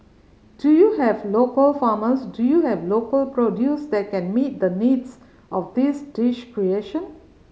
do you have local farmers do you have local produce that can meet the needs of this dish creation